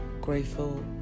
Grateful